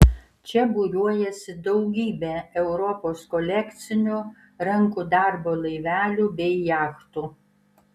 čia būriuojasi daugybė europos kolekcinių rankų darbo laivelių bei jachtų